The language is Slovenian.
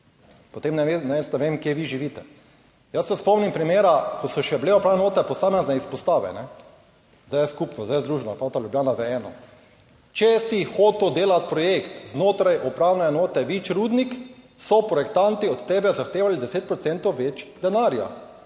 Potem jaz ne vem, kje vi živite. Jaz se spomnim primera, ko so še bile upravne enote, posamezne izpostave, zdaj je skupno, zdaj je združena enota Ljubljana v eno. Če si hotel delati projekt znotraj upravne enote Vič-Rudnik, so projektanti od tebe zahtevali 10 procentov več denarja.